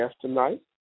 tonight